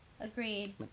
Agreed